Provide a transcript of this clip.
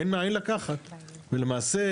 אין מאיין לקחת ולמעשה,